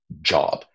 job